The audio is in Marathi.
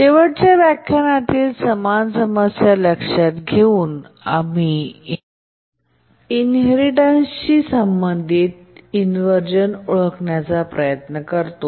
शेवटच्या व्याख्यानातील समान समस्या लक्षात घेऊन आम्ही इनहेरिटेन्सशी संबंधित इन्व्हरझन ओळखण्याचा प्रयत्न करतो